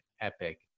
epic